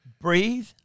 Breathe